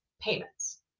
payments